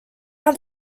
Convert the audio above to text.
l’un